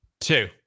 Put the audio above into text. two